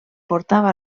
portava